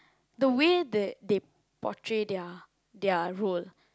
the way they they portray their their role